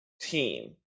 team